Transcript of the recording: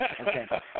Okay